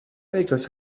bakers